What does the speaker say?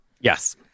Yes